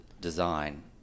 design